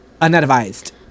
unadvised